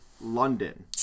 London